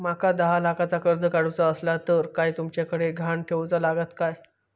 माका दहा लाखाचा कर्ज काढूचा असला तर काय तुमच्याकडे ग्हाण ठेवूचा लागात काय?